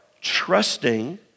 trusting